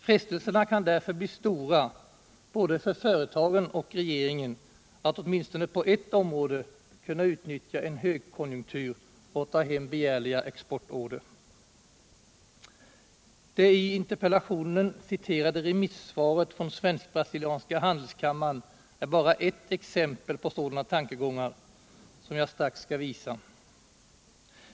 Frestelserna kan därför bli stora både för företagen och för regeringen att åtminstone på ett område kunna utnyttja en högkonjunktur och ta hem begärliga exportorder. Det i interpellationen citerade remissvaret från Svensk-brasilianska handelskammaren är bara ett exempel på sådana tankegångar, som jag strax skall visa.